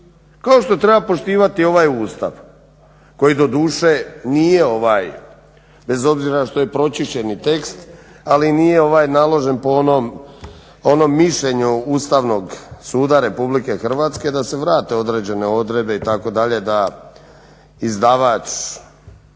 kao što treba poštivati ovaj Ustav koji doduše nije bez obzira što je pročišćeni tekst ali nije naložen po onom mišljenju Ustavnog suda RH da se vrate određene odredbe itd. da izdavač